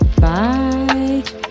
bye